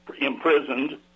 imprisoned